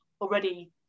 already